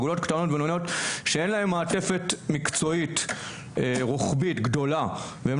אגודות קטנות ובינוניות שאין להם מעטפת מקצועית רוחבית גדולה והם